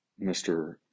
Mr